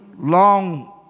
long